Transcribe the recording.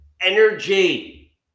energy